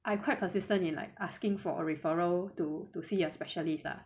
I quite persistent in like asking for a referral to to see specialist lah